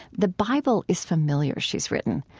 the bible is familiar, she's written.